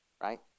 right